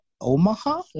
Omaha